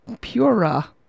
Pura